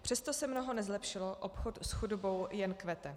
Přesto se mnoho nezlepšilo, obchod s chudobou jen kvete.